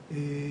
ומקבל.